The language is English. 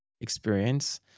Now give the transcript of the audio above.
experience